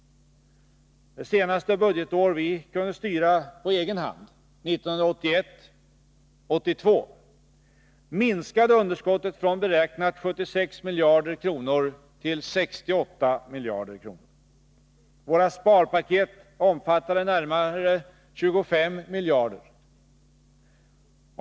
Det senaste budgetår vi kunde styra på egen hand, 1981/82, minskade underskottet från beräknat 76 miljarder kronor till 68 miljarder. Våra sparpaket omfattade närmare 25 miljarder.